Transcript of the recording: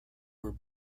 were